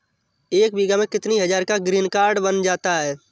एक बीघा में कितनी हज़ार का ग्रीनकार्ड बन जाता है?